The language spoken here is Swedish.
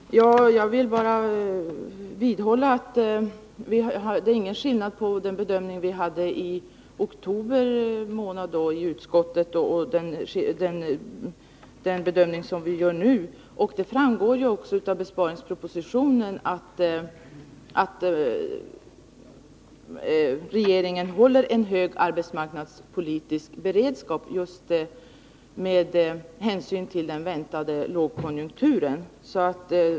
Herr talman! Jag vill bara vidhålla att det inte är någon skillnad på den bedömning vi i utskottet gjorde i oktober månad och den bedömning vi nu gör. Av besparingspropositionen framgår också att regeringen har en hög arbetsmarknadspolitisk beredskap just med hänsyn till den väntade lågkonjunkturen.